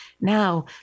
now